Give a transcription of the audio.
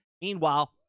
Meanwhile